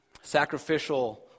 sacrificial